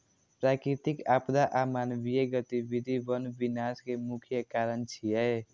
प्राकृतिक आपदा आ मानवीय गतिविधि वन विनाश के मुख्य कारण छियै